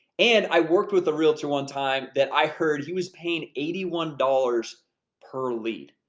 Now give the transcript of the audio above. and i worked with a realtor one time that i heard he was paying eighty one dollars per lead.